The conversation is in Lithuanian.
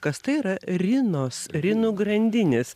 kas tai yra rinos rinų grandinės